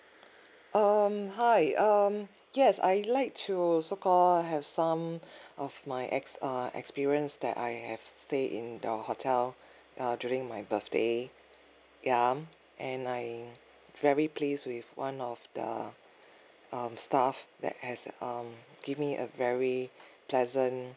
um hi um yes I like to so called have some of my ex err experience that I have stay in the hotel uh during my birthday ya um and I very pleased with one of the um staff that has um give me a very pleasant